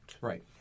Right